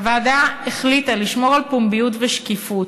הוועדה החליטה לשמור על פומביות ושקיפות,